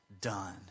done